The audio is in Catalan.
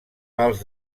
pals